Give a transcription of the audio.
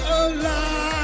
alive